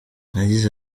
yagize